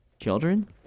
Children